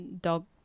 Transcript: dog